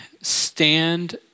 stand